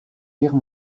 guerre